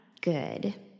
Good